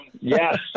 Yes